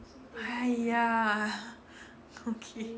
!haiya! okay